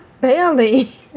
Bailey